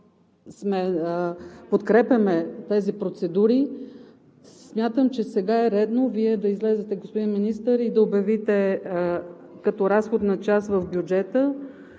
подкрепяме тези процедури, смятам, че сега е редно Вие да излезете, господин Министър, и да обявите като разходна част в бюджета